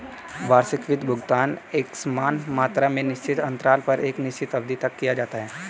वार्षिक वित्त भुगतान एकसमान मात्रा में निश्चित अन्तराल पर एक निश्चित अवधि तक किया जाता है